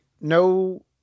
No